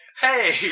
hey